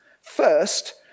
First